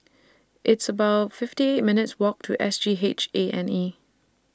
It's about fifty eight minutes' Walk to S G H A and E